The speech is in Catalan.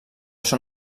són